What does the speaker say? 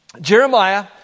Jeremiah